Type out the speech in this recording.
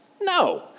No